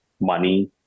money